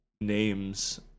names